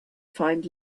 find